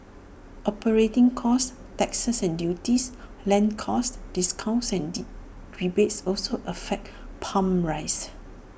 operating costs taxes and duties land costs discounts and rebates also affect pump prices